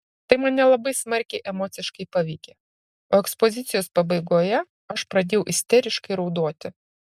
tai mane labai smarkiai emociškai paveikė o ekspozicijos pabaigoje aš pradėjau isteriškai raudoti